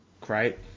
great